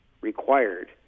required